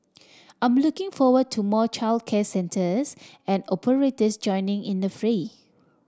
I'm looking forward to more childcare centres and operators joining in the fray